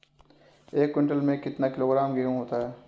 एक क्विंटल में कितना किलोग्राम गेहूँ होता है?